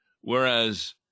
Whereas